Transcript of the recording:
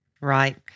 Right